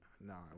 No